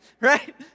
right